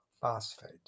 phosphate